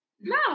No